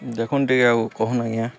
ଦେଖୁନ୍ ଟିକେ ଆଉ କହୁନ୍ ଆଜ୍ଞା